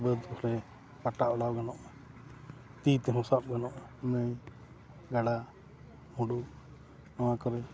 ᱵᱟᱹᱫ ᱠᱚᱨᱮ ᱯᱟᱴᱟ ᱚᱰᱟᱣ ᱜᱟᱱᱚᱜᱼᱟ ᱛᱤ ᱛᱮᱦᱚᱸ ᱥᱟᱵ ᱜᱟᱱᱚᱜᱼᱟ ᱚᱱᱮ ᱜᱟᱰᱟ ᱢᱩᱸᱰᱩ ᱱᱚᱣᱟ ᱠᱚᱨᱮ